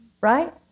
Right